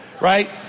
right